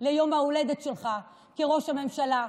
ליום ההולדת שלך כראש הממשלה,